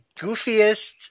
goofiest –